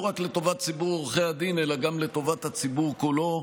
לא רק לטובת ציבור עורכי הדין אלא גם לטובת הציבור כולו,